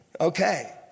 Okay